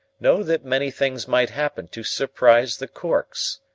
know that many things might happen to surprise the corks.